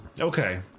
Okay